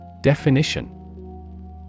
definition